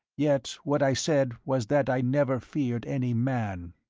yet what i said was that i never feared any man.